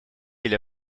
или